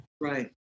Right